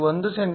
1 cm